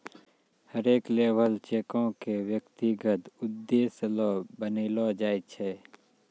हरेक लेबर चेको क व्यक्तिगत उद्देश्य ल बनैलो जाय छै